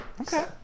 Okay